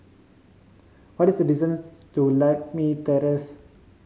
what is the distance to Lakme Terrace